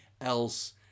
else